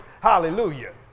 hallelujah